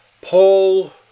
Paul